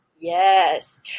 Yes